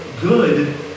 good